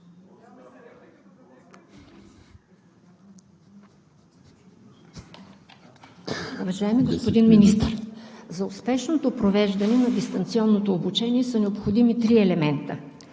Уважаеми господин Министър, за успешното провеждане на дистанционното обучение са необходими три елемента